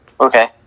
Okay